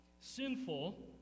sinful